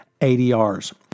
ADRs